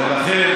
ולכן